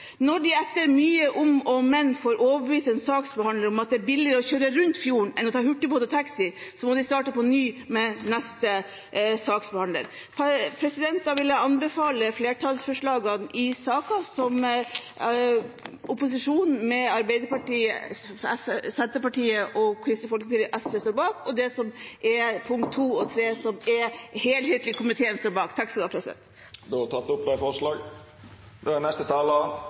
Når de etter mye om og men får overbevist en saksbehandler om at det er billigere å kjøre rundt fjorden enn å ta hurtigbåt og taxi, må de starte på ny med neste saksbehandler. Jeg vil med det anbefale komiteens tilråding til I, som opposisjonen, Arbeiderpartiet, Senterpartiet, Sosialistisk Venstreparti og Kristelig Folkeparti, står bak, og komiteens tilråding til II og III, som hele komiteen står bak. Vi føreslår at det må gjerast ein brei gjennomgang av regelverket for pasientreiser, og at det